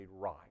right